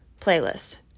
playlist